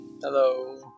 Hello